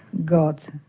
god,